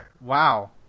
Wow